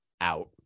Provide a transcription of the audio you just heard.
out